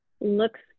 looks